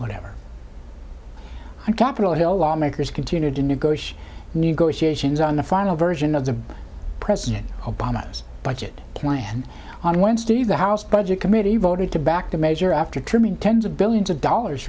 whatever on capitol hill lawmakers continue to negotiate negotiations on the final version of the president obama's budget plan on wednesday the house budget committee voted to back to measure after trimming tens of billions of dollars